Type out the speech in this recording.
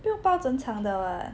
不用包整场的 [what]